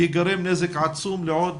ייגרם נזק עצום לעוד